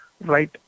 right